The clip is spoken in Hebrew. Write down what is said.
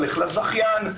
כמה לזכיין,